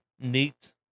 Neat